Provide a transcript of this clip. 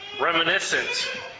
reminiscent